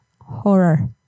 horror